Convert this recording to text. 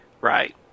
Right